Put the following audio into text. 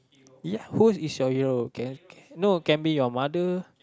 ya who is your hero okay no can be your mother